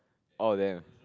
oh damn